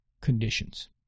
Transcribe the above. conditions